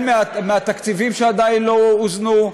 בתקציבים, שעדיין לא אוזנו,